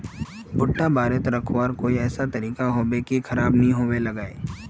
भुट्टा बारित रखवार कोई ऐसा तरीका होबे की खराब नि होबे लगाई?